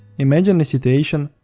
imagine a situation,